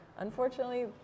unfortunately